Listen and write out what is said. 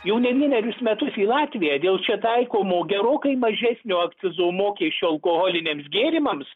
jau ne vienerius metus į latviją dėl čia taikomo gerokai mažesnio akcizo mokesčio alkoholiniams gėrimams